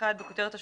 בכותרת השוליים,